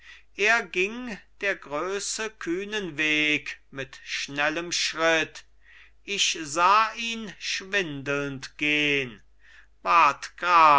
er ging der größe kühnen weg mit schnellem schritt ich sah ihn schwindelnd